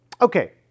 Okay